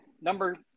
number